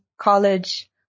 college